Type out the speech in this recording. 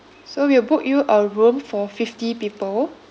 so we'll book you a room for fifty people